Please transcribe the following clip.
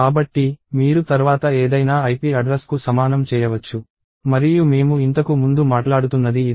కాబట్టి మీరు తర్వాత ఏదైనా ip అడ్రస్ కు సమానం చేయవచ్చు మరియు మేము ఇంతకు ముందు మాట్లాడుతున్నది ఇదే